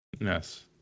Yes